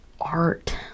art